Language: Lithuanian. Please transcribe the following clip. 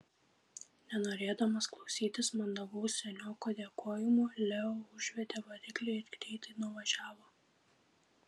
nenorėdamas klausytis mandagaus senioko dėkojimų leo užvedė variklį ir greitai nuvažiavo